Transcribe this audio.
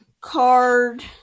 card